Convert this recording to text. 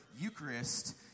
Eucharist